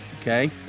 Okay